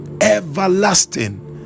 everlasting